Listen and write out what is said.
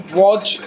watch